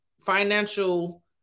financial